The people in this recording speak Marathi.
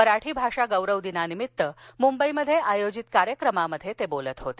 मराठी भाषा गौरव दिनानिमित्त मुंबईत आयोजित कार्यक्रमात ते बोलत होते